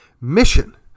mission